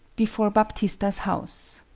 before baptista's house.